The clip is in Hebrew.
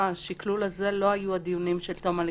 בשקלול הזה לא היו הדיונים של תום הליכים.